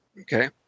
Okay